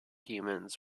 humans